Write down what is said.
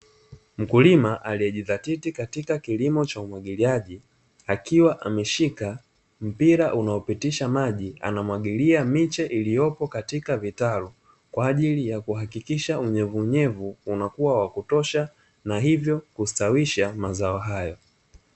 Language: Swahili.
Mkulima aliyejizatiti katika kilimo cha umwagiliaji, akiwa ameshika mpira unaopitisha maji, anamwagilia miche iliyopo katika vitalu, kwa ajili ya kuhakikisha unyevunyevu unakuwa wa kutosha, na hivyo kustawisha mazao hayo.